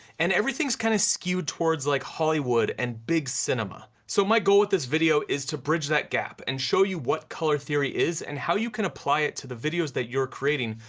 and everything's kind of skewed towards like hollywood and big cinema. so my goal with this video is to bridge that gap and show you what color theory is and how you can apply it to the videos that you're creating.